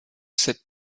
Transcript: cette